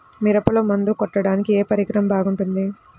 మిరపలో మందు కొట్టాడానికి ఏ పరికరం బాగుంటుంది?